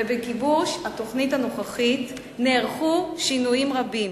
בגיבוש התוכנית הנוכחית נערכו שינויים רבים.